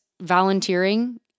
volunteering